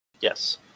Yes